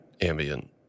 ambient